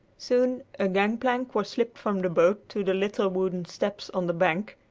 soon a gangplank was slipped from the boat to the little wooden steps on the bank,